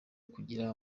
kugira